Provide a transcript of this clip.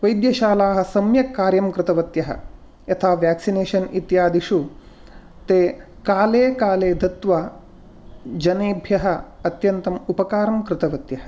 वैद्यशालाः सम्यक् कार्यं कृतवत्यः यथा व्याक्सिनेषन् इत्यादिषु ते काले काले दत्त्वा जनेभ्यः अत्यन्तम् उपकारं कृतवत्यः